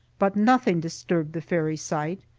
but nothing disturbed the fairy sight.